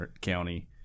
County